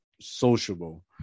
sociable